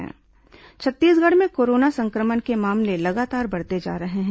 corona मरीज छत्तीसगढ़ में corona संक्रमण के मामले लगातार बढ़ते जा रहे हैं